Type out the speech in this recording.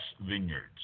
Vineyards